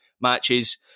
matches